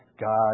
God